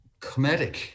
comedic